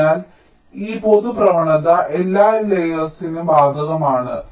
അതിനാൽ ഈ പൊതു പ്രവണത എല്ലാ ലേയേർസിനും ബാധകമാണ്